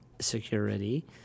security